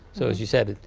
so as you said,